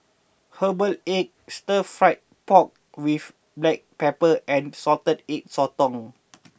Herbal Egg Stir Fried Pork with Black Pepper and Salted Egg Sotong